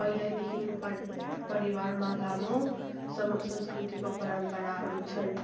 पहिल्यैदेखि परिवारमा लामो संस्कृतिको परम्पराहरू छन्